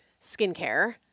skincare